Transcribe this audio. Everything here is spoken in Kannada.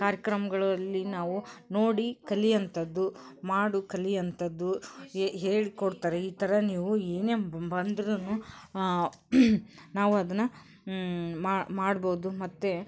ಕಾರ್ಯಕ್ರಮಗಳಲ್ಲಿ ನಾವು ನೋಡಿ ಕಲಿಯೋಂಥದ್ದು ಮಾಡು ಕಲಿಯೋಂಥದ್ದು ಹೇಳಿಕೊಡ್ತಾರೆ ಈ ಥರ ನೀವು ಏನೇ ಬಂದ್ರೂನು ನಾವದನ್ನು ಮಾಡ್ಬೋದು ಮತ್ತು